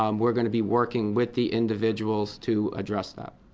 um we are going to be working with the individuals to address that.